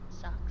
sucks